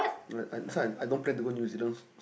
like that's why so I don't plan to go New-Zealand